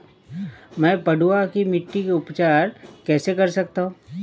मैं पडुआ की मिट्टी का उपचार कैसे कर सकता हूँ?